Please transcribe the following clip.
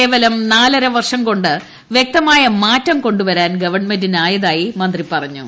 കേവലം നാലര വർഷം കൊണ്ട് വൃക്തമായ മാറ്റം കൊണ്ടുവരാൻ ഗവൺമെന്റിനായതായി മന്ത്രി പറഞ്ഞു